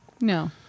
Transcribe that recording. No